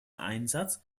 einsatz